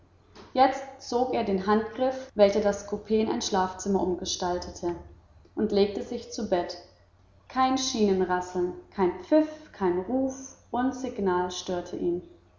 jetzt zog er den handgriff welcher das coup in ein schlafzimmer umgestaltete und legte sich zu bett kein schienenrasseln kein pfiff kein ruf und signal störte ihn